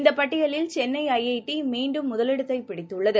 இந்தபட்டியலில் Chennai I T மீண்டும் முதலிடத்தைபிடித்துள்ளது